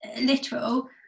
Literal